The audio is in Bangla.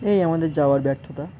এই আমাদের যাওয়ার ব্যর্থতা